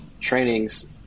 trainings